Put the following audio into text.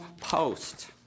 Post